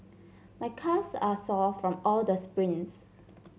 my calves are sore from all the sprints